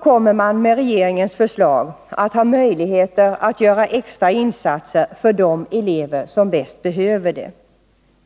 kommer man med regeringens förslag att ha möjligheter att göra extra insatser för de elever som bäst behöver det.